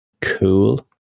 Cool